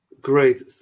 Great